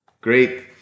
Great